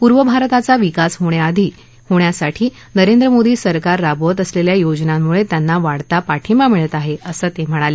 पूर्व भारताचा विकास होण्यासाठी नरेंद्र मोदी सरकार राबवत असलेल्या योजनांमुळे त्यांना वाढता पाठिंबा मिळत आहे असं ते म्हणाले